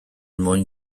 mwyn